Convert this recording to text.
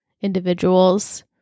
individuals